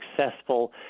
successful